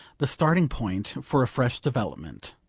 the starting-point for a fresh development.